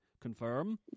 confirm